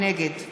נגד